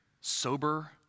sober